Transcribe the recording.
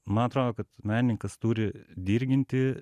man atrodo kad menininkas turi dirginti